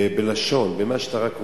לשון ומה שאתה רק רוצה.